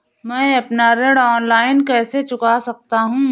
मैं अपना ऋण ऑनलाइन कैसे चुका सकता हूँ?